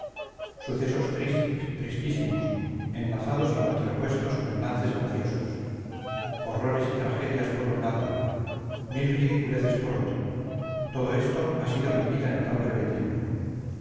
sucesos tristes tristísimos enlazados y contrapuestos con lances graciosos horrores y tragedias por un lado mil ridiculeces por otro todo esto ha sido mi vida en tan breve tiempo